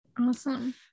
Awesome